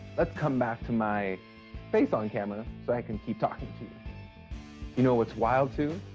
let's come back to my face on camera, so i can keep talking to you. you know, what's wild too?